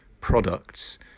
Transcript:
products